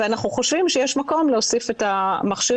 ואנחנו חושבים שיש מקום להוסיף את המכשירים